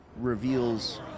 reveals